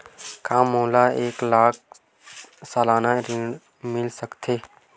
का मोला एक लाख सालाना ऋण मिल सकथे?